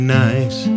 nice